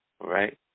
right